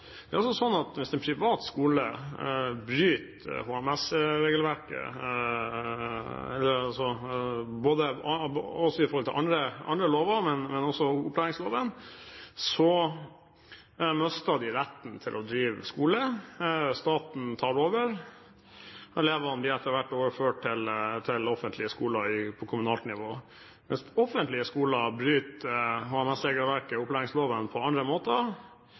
Det er altså slik at hvis private skoler bryter HMS-regelverket i forhold til opplæringsloven, og også andre lover, mister de retten til å drive skole. Staten tar over, elevene blir etter hvert overført til offentlige skoler på kommunalt nivå. Men hvis offentlige skoler bryter HMS-regelverket og opplæringsloven på andre måter,